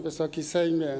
Wysoki Sejmie!